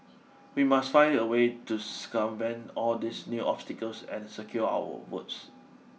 we must find a way to circumvent all these new obstacles and secure our votes